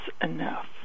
enough